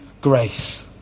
Grace